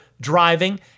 driving